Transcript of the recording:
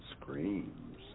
screams